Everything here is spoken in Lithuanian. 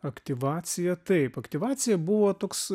aktyvacija taip aktyvacija buvo toks